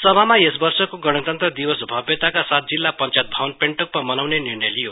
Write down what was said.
सभामा यस वर्षको गणतन्त्र दिवस भव्यताका साथ जिल्ला पंचायत भवन पेन्टोकमा मनाउने निर्णय लिइयो